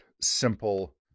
simple